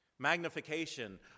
Magnification